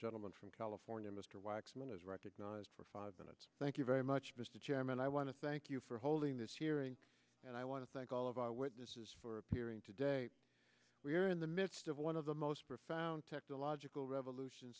gentleman from california mr waxman is recognized for five minutes thank you very much mr chairman i want to thank you for holding this hearing and i want to thank all of our witnesses for appearing today we're in the midst of one of the most profound technological revolution